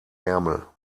ärmel